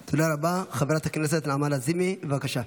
חברת הכנסת נעמה לזימי, בבקשה.